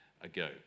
ago